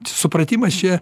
supratimas čia